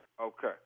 Okay